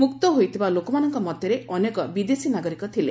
ମୁକ୍ତ ହୋଇଥିବା ଲୋକମାନଙ୍କ ମଧ୍ୟରେ ଅନେକ ବିଦେଶୀ ନାଗରିକ ଥିଲେ